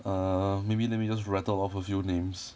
err maybe let me just rattle off a few names